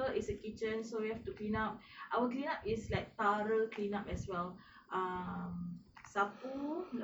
is a kitchen so you have to clean up our clean up is like thorough clean up as well um sapu